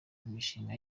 imishinga